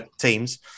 teams